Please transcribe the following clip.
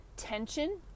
Tension